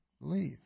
believe